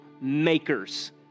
makers